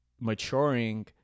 maturing